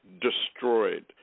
destroyed